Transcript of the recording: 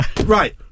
right